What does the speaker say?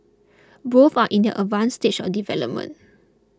both are in their advanced stage of development